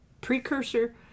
precursor